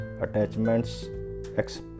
attachments